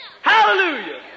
Hallelujah